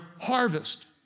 harvest